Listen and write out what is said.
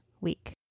week